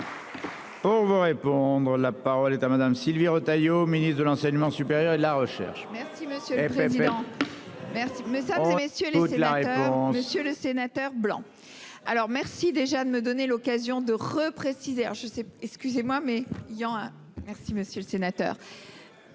Pour vous répondre. La parole est à madame Sylvie Retailleau Ministre de l'enseignement supérieur et la recherche. Si Monsieur le Président. Merci. Mais ça vous messieurs les sénateurs. Ont monsieur le sénateur blanc alors merci déjà de me donner l'occasion de repréciser. Je sais, excusez-moi, mais il y en a. Merci monsieur le sénateur.